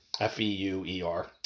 F-E-U-E-R